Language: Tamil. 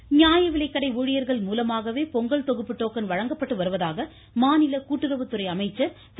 ராஜு நியாயவிலைக்கடை ஊழியர்கள் மூலமாகவே பொங்கல் தொகுப்பு டோக்கன் வழங்கப்பட்டு வருவதாக மாநில கூட்டுறவுத்துறை அமைச்சா் திரு